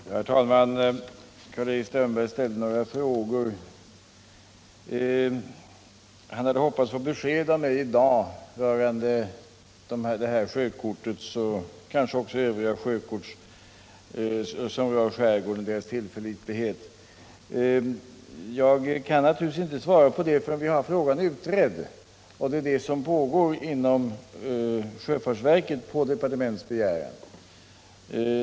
Herr talman! Karl-Erik Strömberg ställde några frågor. Han hade hoppats att få besked av mig i dag rörande tillförlitligheten hos det här aktuella sjökortet och kanske också övriga sjökort över skärgården. Jag kan naturligtvis inte svara på det förrän vi har frågan utredd, och det är en sådan utredning som pågår inom sjöfartsverket på departementets begäran.